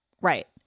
Right